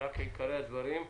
תסבירי בגדול את עיקרי הדברים.